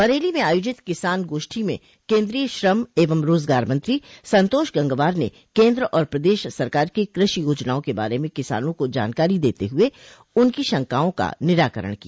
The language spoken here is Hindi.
बरेली में आयोजित किसान गोष्ठी में केन्द्रीय श्रम एवं रोजगार मंत्री संतोष गंगवार ने केन्द्र और प्रदेश सरकार की कृषि योजनाओं के बारे में किसानों को जानकारी देते हुए उनकी शंकाओं का निराकरण किया